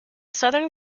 southern